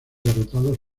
derrotados